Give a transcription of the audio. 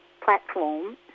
platform